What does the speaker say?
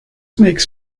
makes